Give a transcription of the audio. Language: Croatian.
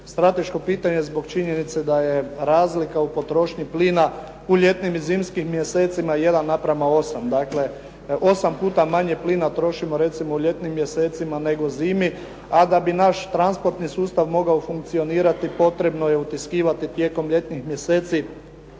Strateško pitanje zbog činjenice da je razlika u potrošnji plina u ljetnim i zimskim mjesecima 1 na prema 8, dakle osam puta manje plina trošimo u ljetnim mjesecima nego zimi a da bi naš transportni sustav mogao funkcionirati potrebno je utiskivati tijekom ljetnih mjeseci